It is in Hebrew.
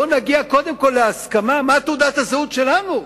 בואו נגיע קודם כול להסכמה מה תעודת הזהות שלנו,